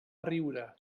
riure